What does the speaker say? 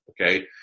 Okay